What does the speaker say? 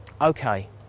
Okay